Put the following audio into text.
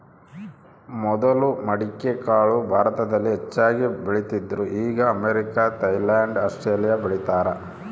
ಮೊದಲು ಮಡಿಕೆಕಾಳು ಭಾರತದಲ್ಲಿ ಹೆಚ್ಚಾಗಿ ಬೆಳೀತಿದ್ರು ಈಗ ಅಮೇರಿಕ, ಥೈಲ್ಯಾಂಡ್ ಆಸ್ಟ್ರೇಲಿಯಾ ಬೆಳೀತಾರ